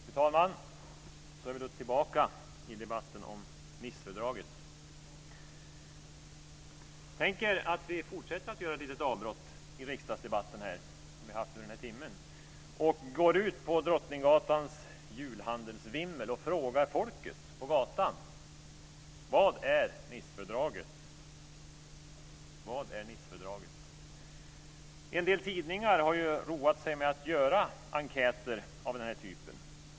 Fru talman! Så är vi då tillbaka i debatten om Tänk er att vi fortsätter att göra ett litet avbrott i riksdagsdebatten, som vi har gjort under den här timmen, och går ut i Drottninggatans julhandelsvimmel och frågar folket på gatan: Vad är Nicefördraget? En del tidningar har roat sig med att göra enkäter av den här typen.